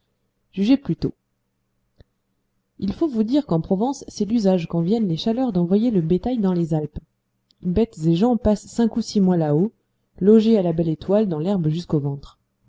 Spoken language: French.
jugez plutôt il faut vous dire qu'en provence c'est l'usage quand viennent les chaleurs d'envoyer le bétail dans les alpes bêtes et gens passent cinq ou six mois là-haut logés à la belle étoile dans l'herbe jusqu'au ventre